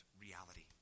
reality